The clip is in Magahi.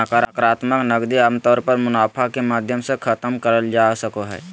नाकरात्मक नकदी आमतौर पर मुनाफा के माध्यम से खतम करल जा सको हय